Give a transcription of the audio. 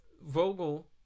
vogel